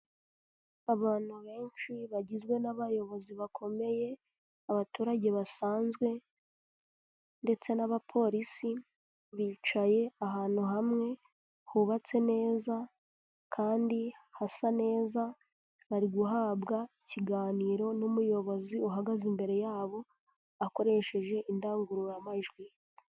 Abantu benshi bagizwe n'abayobozi bakomeye, abaturage basanzwe ndetse n'abapolisi bicaye ahantu hamwe hubatse neza kandi hasa neza, bari guhabwa ikiganiro n'umuyobozi uhagaze imbere yabo akoresheje indangururamajwi.